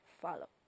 follow